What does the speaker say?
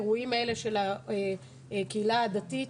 לגבי האירועים האלה של הקהילה הדתית.